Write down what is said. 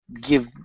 give